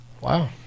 Wow